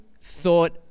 thought